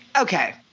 Okay